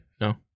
No